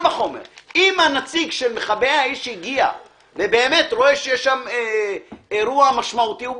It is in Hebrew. אם הנציג של מ כבי אש הגיע ורואה שיש שם אירוע משמעותי,